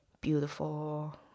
beautiful